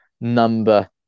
number